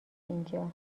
اینجا